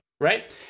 Right